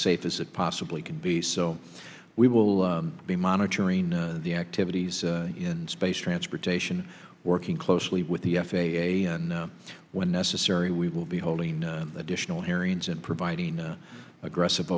safe as it possibly can be so we will be monitoring the activities in space transportation working closely with the f a a and when necessary we will be holding additional hearings and providing aggressive